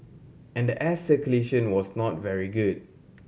and the air circulation was not very good